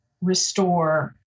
restore